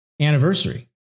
anniversary